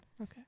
Okay